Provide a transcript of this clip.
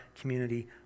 community